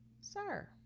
sir